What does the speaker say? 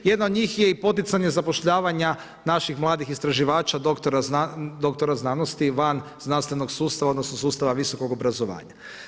Jedna od njih je i poticanje zapošljavanja naših mladih istraživača doktora znanosti van znanstvenog sustava, odnosno sustava visokog obrazovanja.